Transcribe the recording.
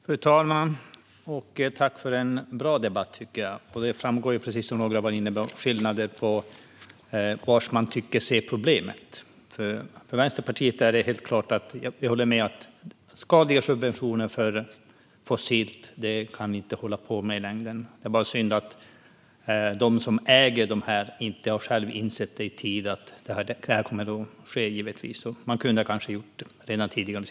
Fru talman! Tack för en bra debatt! Precis som några varit inne på framgår skillnader när det gäller var man tycker sig se problemet. För Vänsterpartiet står det helt klart att skadliga subventioner till fossilt inte är något vi kan hålla på med i längden. Det är bara synd att de som äger detta inte i tid har insett att detta kommer att ske. Man kanske hade kunnat ge signaler om detta tidigare.